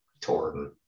Torn